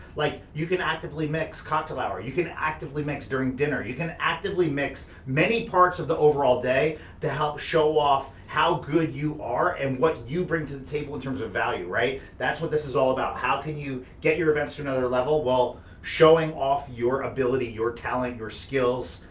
like you can actively mix cocktail hour. you can actively mix during dinner. you can actively mix many parts of the overall day to help show off how good you are and what you bring to the table in terms of value, right? that's what this is all about. how can you get your events to another level while showing off your ability, your talent, your skills,